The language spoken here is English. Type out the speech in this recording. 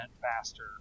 faster